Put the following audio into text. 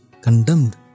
condemned